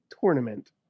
tournament